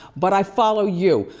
but i follow you.